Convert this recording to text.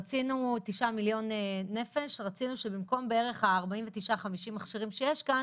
רצינו שבמקום 49-50 מכשירים שיש כאן